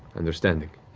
understanding.